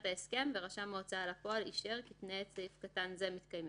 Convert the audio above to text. ההסכם ורשם ההוצאה לפועל אישר כי תנאי סעיף קטן זה מתקיימים.